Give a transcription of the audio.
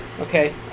Okay